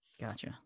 Gotcha